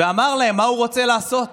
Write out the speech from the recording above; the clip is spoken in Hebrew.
אמר להם מה הוא רוצה לעשות